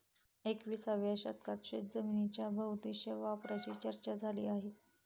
एकविसाव्या शतकात शेतजमिनीच्या बहुउद्देशीय वापराची चर्चा झाली आहे